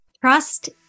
Trust